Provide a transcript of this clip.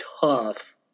tough